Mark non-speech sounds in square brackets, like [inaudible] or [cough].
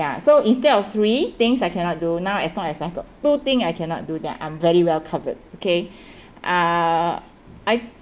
ya so instead of three things I cannot do now as long as I've got two thing I cannot do then I'm very well covered okay [breath] uh I